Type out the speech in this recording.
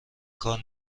کار